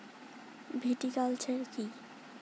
Viticulture কী?